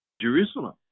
Jerusalem